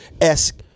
esque